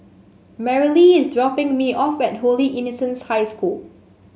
Merrilee is dropping me off at Holy Innocents' High School